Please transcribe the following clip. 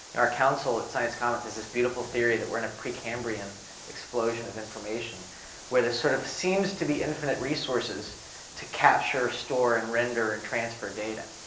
our counsel at science commons, there's this beautiful theory that we're in a pre-cambrian explosion of information where there sort of seems to be infinite resources to capture, store and render and transfer data,